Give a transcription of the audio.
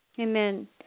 Amen